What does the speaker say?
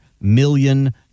million